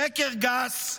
שקר גס,